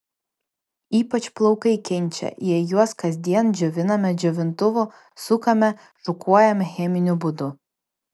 ypač plaukai kenčia jei juos kasdien džioviname džiovintuvu sukame šukuojame cheminiu būdu